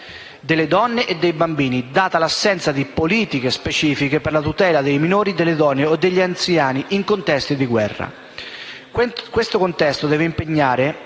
delle donne e dei bambini, data l'assenza di politiche specifiche per la tutela dei minori, delle donne o degli anziani in ambiti di guerra. Questo contesto deve impegnare